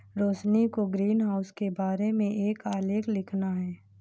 रोशिनी को ग्रीनहाउस के बारे में एक आलेख लिखना है